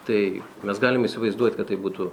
tai mes galim įsivaizduoti kad tai būtų